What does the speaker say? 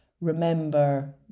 remember